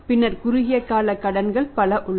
பின்னர் குறுகிய கால கடன்கள் பல உள்ளன